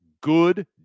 good